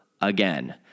again